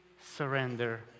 surrender